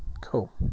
cool